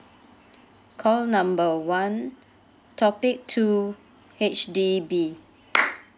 call number one topic two H_D_B